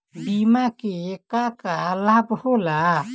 बिमा के का का लाभ होला?